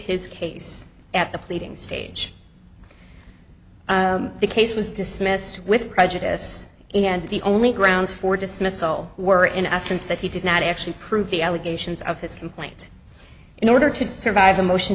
his case at the pleading stage the case was dismissed with prejudice and the only grounds for dismissal were in essence that he did not actually prove the allegations of his complaint in order to survive a motion